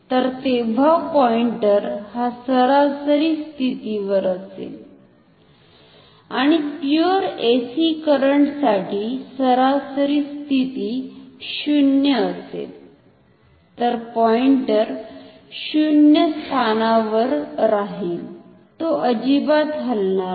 तर तेव्हा पॉइंटर हा सरासरी स्थितीवर असेल आणि प्युअर एसी करंट साठी सरासरी स्थिती 0 असेल तर पॉइंटर 0 स्थानावर राहील तो अजिबात हलणार नाही